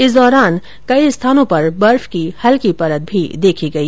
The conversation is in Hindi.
इस दौरान कई स्थानों पर बर्फ की हल्की परत भी देखी गई